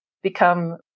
become